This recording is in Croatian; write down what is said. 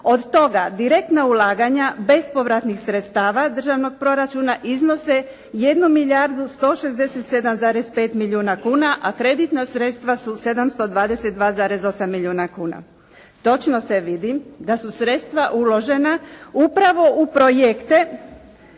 Od toga direktna ulaganja bespovratnih sredstava državnog proračuna iznose 1 milijardu 167,5 milijuna kuna, a kreditna sredstva su 722,8 milijuna kuna. Točno se vidi da su sredstva uložena upravo u projekte